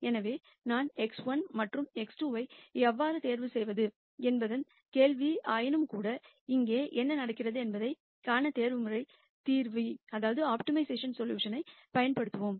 எனவே நான் x1 மற்றும் x2 ஐ எவ்வாறு தேர்வு செய்வது என்பதுதான் கேள்வி ஆயினும்கூட இங்கே என்ன நடக்கிறது என்பதைக் காண ஆப்டிமைசேஷன் தீர்வைப் பயன்படுத்துவோம்